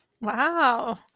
Wow